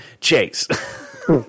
Chase